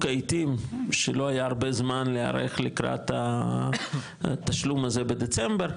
עטים שלא היה רבה זמן להיערך לקראת התשלום הזה בדצמבר,